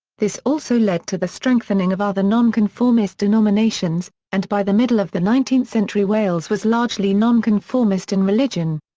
this also led to the strengthening of other nonconformist denominations, and by the middle of the nineteenth century wales was largely nonconformist in religion.